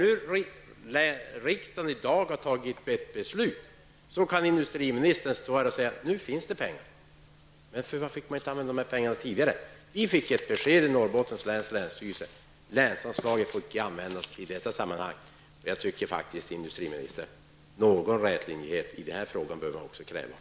När riksdagen nu i dag har fattat ett beslut kan industriministern stå här och säga att det finns pengar. Men varför fick man inte använda dessa pengar tidigare? Vi fick ett besked till Norrbottens läns länsstyrelse: Länsanslagen får icke användas i detta sammanhang. Jag tycker faktiskt att man bör kunna kräva någon rätlinjighet i denna fråga av regeringen.